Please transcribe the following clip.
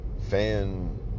fan